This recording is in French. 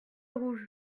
rouge